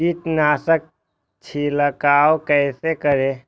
कीट नाशक छीरकाउ केसे करी?